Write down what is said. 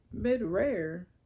mid-rare